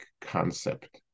concept